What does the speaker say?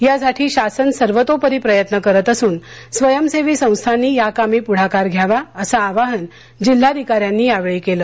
यासाठी शासन सर्वतोपरी प्रयत्न करत असून स्वयंसेवी संस्थांनी याकामी पुढाकार घ्यावा असं आवाहन जिल्हाधिकाऱ्यांनी यावेळी केलं